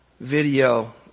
video